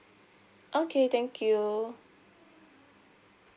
okay thank you